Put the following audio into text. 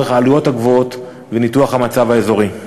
העלויות הגבוהות וניתוח המצב האזורי.